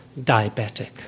diabetic